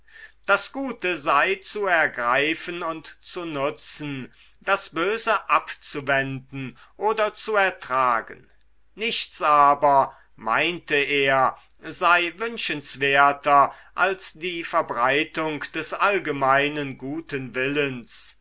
das gute sei zu ergreifen und zu nutzen das böse abzuwenden oder zu ertragen nichts aber meinte er sei wünschenswerter als die verbreitung des allgemeinen guten willens